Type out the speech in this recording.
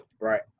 right